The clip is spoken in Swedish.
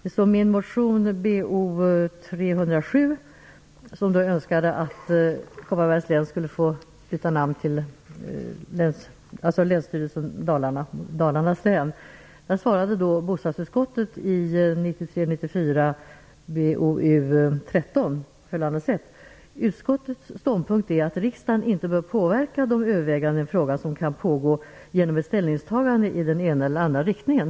I min motion Bo307 önskade jag att Länsstyrelsen i Kopparbergs län skulle få byta namn till Länsstyrelsen i Dalarnas län. Bostadsutskottet svarade då i betänkande 1993/94:BoU13 på följande sätt: Utskottets ståndpunkt är att riksdagen inte bör påverka de överväganden i frågan som kan pågå genom ett ställningstagande i den ena eller andra riktningen.